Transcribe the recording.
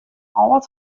âld